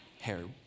hair